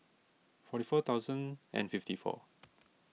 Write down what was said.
forty four thousand and fifty four